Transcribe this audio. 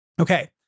Okay